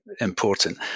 important